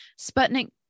Sputnik